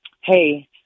hey